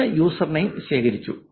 കഴിഞ്ഞ യൂസർനെയിം ശേഖരിച്ചു